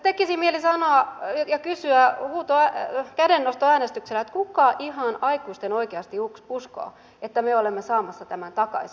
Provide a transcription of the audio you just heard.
tekisi mieli sanoa ja kysyä kädennostoäänestyksellä että kuka ihan aikuisten oikeasti uskoo että me olemme saamassa tämän takaisin joskus